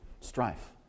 strife